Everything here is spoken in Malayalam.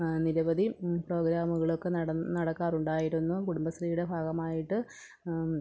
നിരവധി പ്രോഗ്രാമുകളൊക്കെ നട നടക്കാറുണ്ടായിരുന്നു കുടുംബശ്രീയുടെ ഭാഗമായിട്ട്